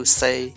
say